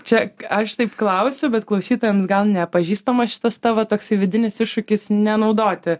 čia aš taip klausiu bet klausytojams gal nepažįstama šitas tavo toksai vidinis iššūkis nenaudoti